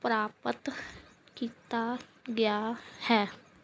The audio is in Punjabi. ਪ੍ਰਾਪਤ ਕੀਤਾ ਗਿਆ ਹੈ